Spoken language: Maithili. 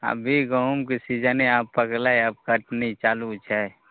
अभी गहूँमके सीजने आब पकलै अब कटनी चालू होइ छै